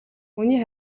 хүний